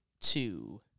two